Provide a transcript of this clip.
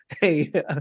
hey